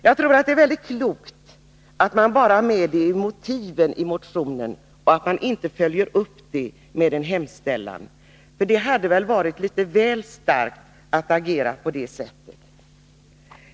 Jag tror att det är väldigt klokt att centern bara har med detta i motiven i reservationen och att man inte följer upp det i en hemställan. Det hade varit litet väl starkt att agera på det sättet.